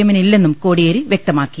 എമ്മിന് ഇല്ലെന്നും കോടിയേരി വൃക്തമാക്കി